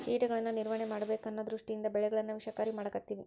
ಕೇಟಗಳನ್ನಾ ನಿರ್ವಹಣೆ ಮಾಡಬೇಕ ಅನ್ನು ದೃಷ್ಟಿಯಿಂದ ಬೆಳೆಗಳನ್ನಾ ವಿಷಕಾರಿ ಮಾಡಾಕತ್ತೆವಿ